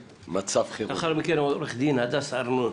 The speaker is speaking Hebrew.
לאחר מכן עורכת הדין הדס ארנון.